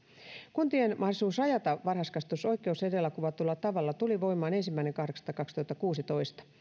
kuntien mahdollisuus rajata varhaiskasvatusoikeus edellä kuvatulla tavalla tuli voimaan ensimmäinen kahdeksatta kaksituhattakuusitoista